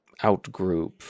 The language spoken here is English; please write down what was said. outgroup